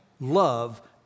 love